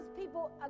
people